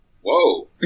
Whoa